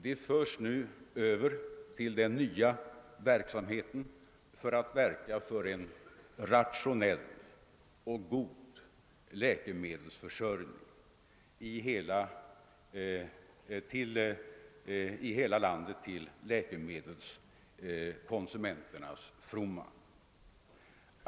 De förs nu över till den nya verksamheten för att verka för en rationell och god läkemedelsförsörjning i hela landet, till konsumenternas fromma.